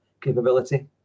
capability